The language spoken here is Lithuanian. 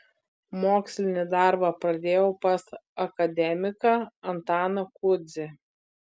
mokslinį darbą pradėjau pas akademiką antaną kudzį